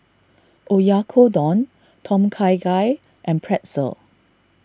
Oyakodon Tom Kha Gai and Pretzel